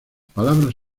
palabras